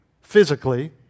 physically